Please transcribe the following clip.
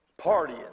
partying